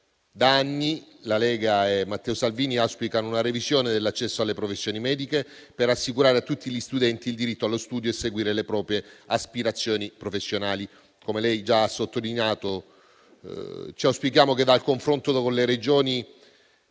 Da anni la Lega e Matteo Salvini auspicano una revisione dell'accesso alle professioni mediche per assicurare a tutti gli studenti il diritto allo studio e seguire le proprie aspirazioni professionali. Come ha già sottolineato, auspichiamo che quella che è emersa dal confronto con le Regioni,